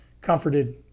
comforted